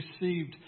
received